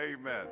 amen